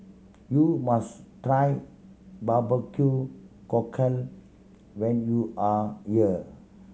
you must try barbecue cockle when you are year